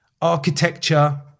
architecture